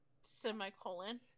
Semicolon